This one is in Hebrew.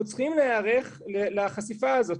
אנחנו צריכים להיערך לחשיפה הזאת.